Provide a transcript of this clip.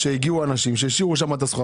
הגיעו אנשים והשאירו שם את הסחורה